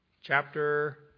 chapter